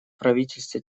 правительство